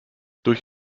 durch